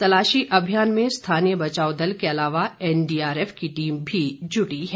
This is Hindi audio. तलाशी अभियान में स्थानी बचाव दल के अलावा एनडीआरएफ की टीम भी जुटी हुई है